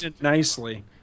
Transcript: nicely